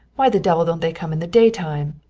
why the devil don't they come in the daytime?